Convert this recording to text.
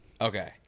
Okay